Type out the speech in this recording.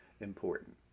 important